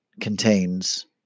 contains